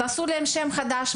תעשו להם שם חדש,